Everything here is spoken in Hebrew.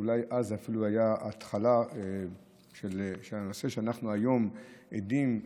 אולי אז זה אפילו היה ההתחלה של הנושא שאנחנו עדים לו,